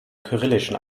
kyrillischen